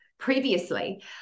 previously